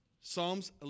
Psalms